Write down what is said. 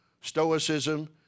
Stoicism